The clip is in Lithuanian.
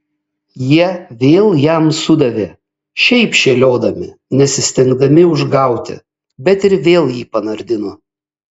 jie vėl jam sudavė šiaip šėliodami nesistengdami užgauti bet ir vėl jį panardino